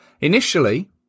Initially